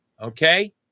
Okay